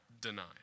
denied